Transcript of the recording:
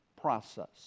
process